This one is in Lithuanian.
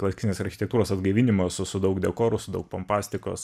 klasikinės architektūros atgaivinimo su su daug dekorų su daug pompastikos